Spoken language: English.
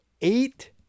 eight